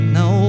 no